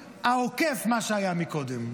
העוקף של מה שהיה מקודם.